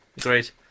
Great